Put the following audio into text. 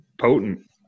potent